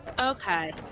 okay